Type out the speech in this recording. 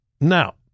Now